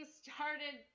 started